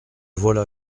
voilà